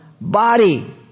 body